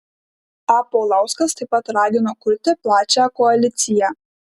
a paulauskas taip pat ragino kurti plačią koaliciją